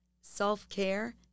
Self-care